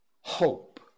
Hope